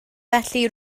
felly